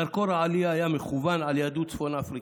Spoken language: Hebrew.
זרקור העלייה היה מכוון ליהדות צפון אפריקה.